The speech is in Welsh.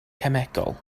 cemegol